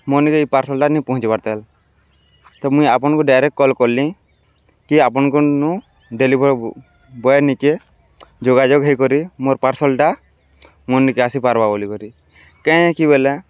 ମୋର୍ନିକେ ଇ ପାର୍ସଲ୍ଟା ନି ପହଞ୍ଚିପାରିତାଲ୍ ତ ମୁଇଁ ଆପଣ୍କୁ ଡାଇରେକ୍ଟ୍ କଲ୍ କଲି କି ଆପଣ୍ଙ୍କର୍ନୁ ଡେଲିଭରି ବଏ ନିକେ ଯୋଗାଯୋଗ୍ ହେଇକରି ମୋର୍ ପାର୍ସଲ୍ଟା ମୋର୍ ନିକେ ଆସିପାର୍ବା ବୋଲିିକରି କାଇଁ କି ବଲେ